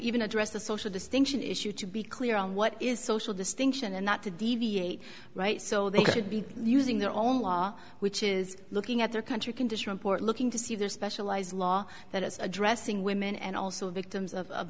even address the social distinction issue to be clear on what is social distinction and not to deviate right so they could be using their own law which is looking at their country can this report looking to see their specialized law that is addressing women and also victims of